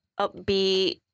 upbeat